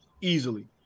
easily